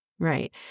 Right